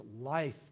life